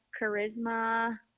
charisma